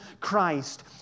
Christ